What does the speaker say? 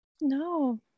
No